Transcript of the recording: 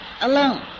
Alone